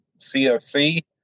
CFC